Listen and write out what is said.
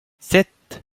sept